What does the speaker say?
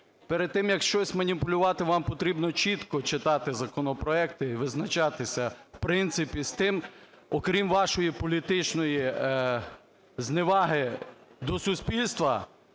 Перед тим, як щось маніпулювати, вам потрібно чітко читати законопроекти і визначатися в принципі з тим, окрім вашої політичної зневаги до суспільства,